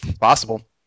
Possible